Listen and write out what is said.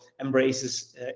embraces